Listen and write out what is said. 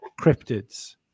cryptids